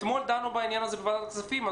אתמול דנו בעניין הזה בוועדת הכספים,